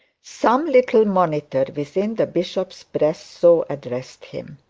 some little monitor within the bishop's breast so addressed him.